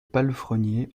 palefreniers